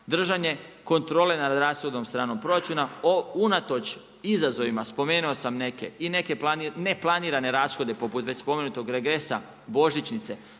držane kontrole nad rashodovnom stranom proračuna o unatoč izazovima, spomenuo sam neke i neke neplanirane rashode poput već spomenutog regresa, Božićnice.